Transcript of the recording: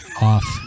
off